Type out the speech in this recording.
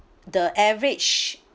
the average